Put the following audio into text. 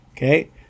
Okay